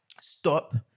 stop